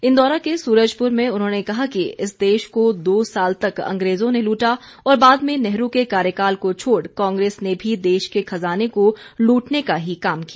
इंदौरा के सूरजपुर में उन्होंने कहा कि इस देश को दो साल तक अंग्रेजों ने लूटा और बाद में नेहरू के कार्यकाल को छोड़ कांग्रेस ने भी देश के खजाने को लूटने का ही काम किया